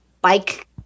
bike